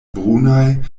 brunaj